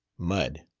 mud.